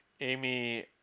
Amy